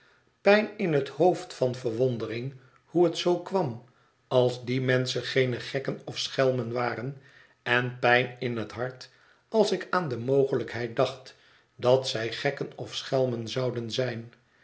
pijn in het hoofd van verwondering hoe het zoo kwam als die menschen geene gekken of schelmen waren en pijn in het hart als ik aan de mogelijkheid dacht dat zij gekken of schelmen zouden zijn